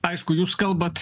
aišku jūs kalbat